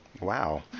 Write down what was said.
Wow